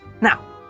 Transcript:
Now